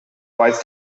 whites